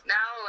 now